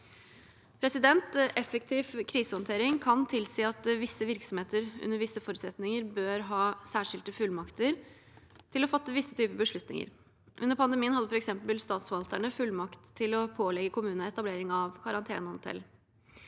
pandemier. Effektiv krisehåndtering kan tilsi at visse virksomheter under visse forutsetninger bør ha særskilte fullmakter til å fatte visse typer beslutninger. Under pandemien hadde f.eks. statsforvalterne fullmakt til å pålegge kommunene etablering av karantenehotell.